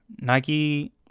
Nike